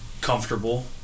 comfortable